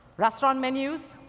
restaurant menus,